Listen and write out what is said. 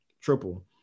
triple